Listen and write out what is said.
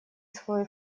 свой